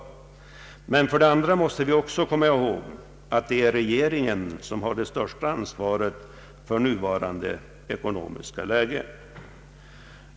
Men för det andra måste vi också komma ihåg att det är regeringen som har det störs ta ansvaret för nuvarande ekonomiska läge.